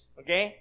okay